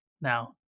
now